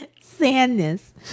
sadness